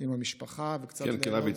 עם המשפחה, כן, כן, אבי.